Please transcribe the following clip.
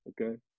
Okay